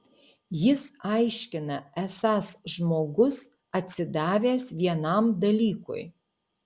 jis aiškina esąs žmogus atsidavęs vienam dalykui